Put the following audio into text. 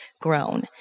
grown